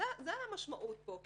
זאת המשמעות פה.